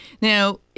Now